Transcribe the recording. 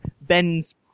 Ben's